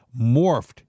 morphed